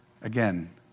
Again